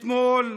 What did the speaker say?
אתמול,